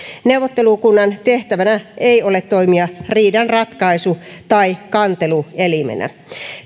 neuvottelukunnan tehtävänä ei ole toimia riidanratkaisu tai kanteluelimenä